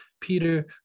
Peter